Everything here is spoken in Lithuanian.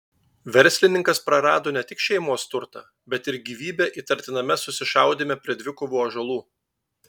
verslininkas prarado ne tik šeimos turtą bet ir gyvybę įtartiname susišaudyme prie dvikovų ąžuolų